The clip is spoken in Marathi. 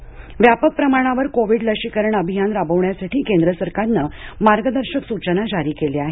लसीकरण व्यापक प्रमाणावर कोविड लशीकरण अभियान राबवण्यासाठी केंद्र सरकारनं मार्गदर्शक सूचना जारी केल्या आहेत